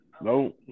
No